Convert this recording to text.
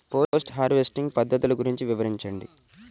Post harvesting పద్ధతులు గురించి వివరించండి?